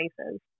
spaces